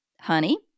Honey